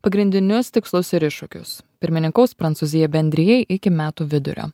pagrindinius tikslus ir iššūkius pirmininkaus prancūzija bendrijai iki metų vidurio